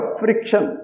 friction